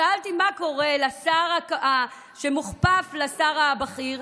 שאלתי מה קורה לשר שמוכפף לשר הבכיר,